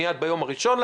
מייד ביום הראשון.